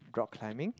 rock climbing